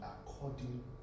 according